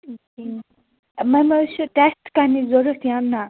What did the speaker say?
مےٚ نہٕ حظ چھِ ٹٮ۪سٹہٕ کَرنٕچ ضوٚرَتھ یا نَہ